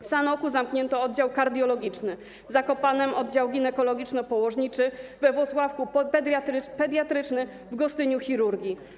W Sanoku zamknięto oddział kardiologiczny, w Zakopanem - oddział ginekologiczno-położniczy, we Włocławku - pediatryczny, w Gostyniu - chirurgię.